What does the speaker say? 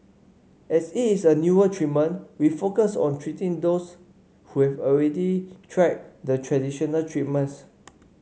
as it is a newer treatment we focus on treating those who have already tried the traditional treatments